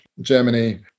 Germany